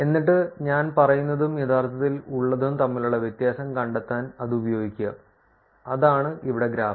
എന്നിട്ട് ഞാൻ പറയുന്നതും യഥാർത്ഥത്തിൽ ഉള്ളതും തമ്മിലുള്ള വ്യത്യാസം കണ്ടെത്താൻ അത് ഉപയോഗിക്കുക അതാണ് ഇവിടെ ഗ്രാഫ്